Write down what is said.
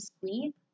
sleep